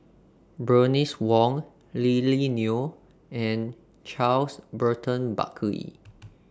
Bernice Wong Lily Neo and Charles Burton Buckley